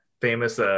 famous